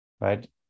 right